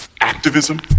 activism